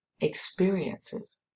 experiences